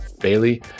Bailey